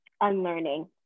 unlearning